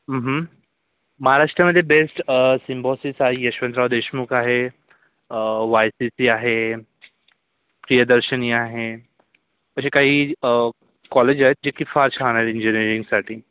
महाराष्ट्रमध्ये बेस्ट अं सिम्बॉसिस आहे यशवंतराव देशमुख आहे अं वाय सी सी आहे प्रियदर्शिनी आहे असे काही अं कॉलेज आहेत जे की फार छान आहे इंजिनिअरिंगसाठी